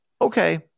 okay